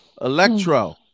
Electro